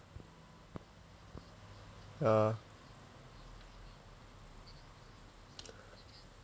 ya